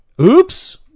oops